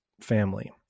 family